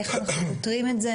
איך אנחנו פותרים את זה?